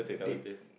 they